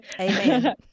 Amen